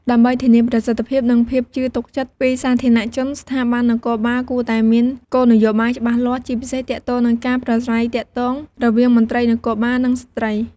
ដើម្បីធានាប្រសិទ្ធភាព និងភាពជឿទុកចិត្តពីសាធារណជន ស្ថាប័ននគរបាលគួរតែមានគោលនយោបាយច្បាស់លាស់ ជាពិសេសទាក់ទងនឹងការប្រាស្រ័យទាក់ទងវាងមន្ត្រីនគរបាល និងស្ត្រី។